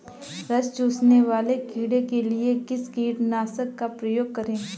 रस चूसने वाले कीड़े के लिए किस कीटनाशक का प्रयोग करें?